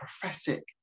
prophetic